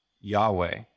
Yahweh